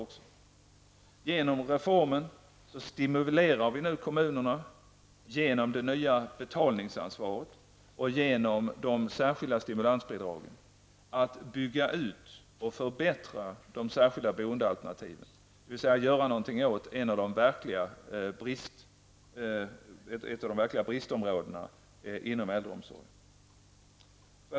Med reformen stimulerar vi nu kommunerna genom det nya betalningsansvaret och genom de särskilda stimulansbidragen att bygga ut och förbättra de särskilda boendealternativen, dvs. att göra något åt ett av de verkliga bristområdena inom äldreomsorgen.